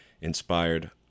inspired